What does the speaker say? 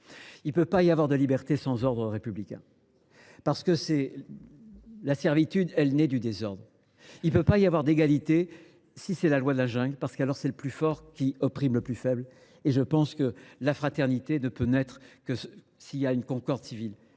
Il ne peut pas y avoir de liberté sans ordre républicain ; la servitude naît du désordre. Il ne peut y avoir d’égalité si la loi de la jungle s’applique, car c’est le plus fort qui opprime le plus faible. Enfin, la fraternité ne peut naître que s’il existe une concorde civile.